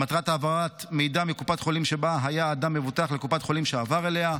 למטרת העברת מידע מקופת חולים שבה היה אדם מבוטח לקופת חולים שעבר אליה,